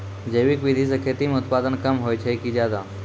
जैविक विधि से खेती म उत्पादन कम होय छै कि ज्यादा?